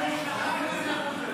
חבר הכנסת הרצנו,